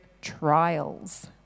trials